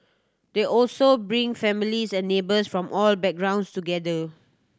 they also bring families and neighbours from all backgrounds together